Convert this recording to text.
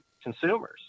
Consumers